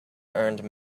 earned